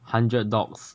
hundred dogs